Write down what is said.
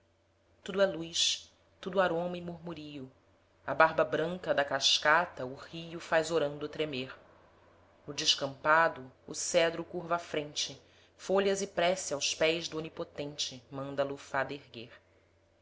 tudo é luz tudo aroma e murmurio a barba branca da cascata o rio faz orando tremer no descampado o cedro curva a frente folhas e prece aos pés do onipotente manda a lufada erguer